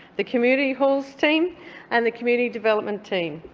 the community halls team and the community development team.